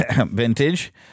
vintage